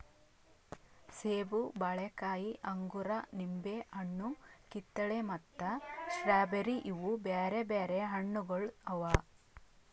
ಸೇಬ, ಬಾಳೆಕಾಯಿ, ಅಂಗೂರ, ನಿಂಬೆ ಹಣ್ಣು, ಕಿತ್ತಳೆ ಮತ್ತ ಸ್ಟ್ರಾಬೇರಿ ಇವು ಬ್ಯಾರೆ ಬ್ಯಾರೆ ಹಣ್ಣುಗೊಳ್ ಅವಾ